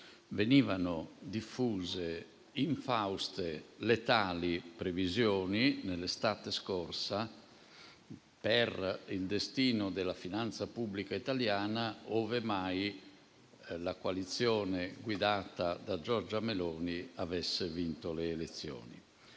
venivano diffuse infauste e letali previsioni per il destino della finanza pubblica italiana, ove mai la coalizione guidata da Giorgia Meloni avesse vinto le elezioni.